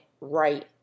right